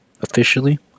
officially